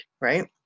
right